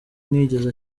ntiyigeze